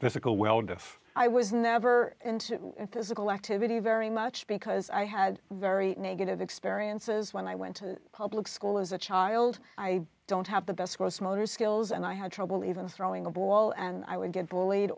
if i was never into physical activity very much because i had very negative experiences when i went to public school as a child i don't have the best gross motor skills and i had trouble even throwing a ball and i would get bullied